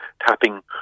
tapping